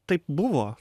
taip buvo